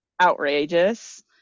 outrageous